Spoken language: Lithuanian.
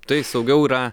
tai saugiau yra